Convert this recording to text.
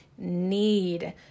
need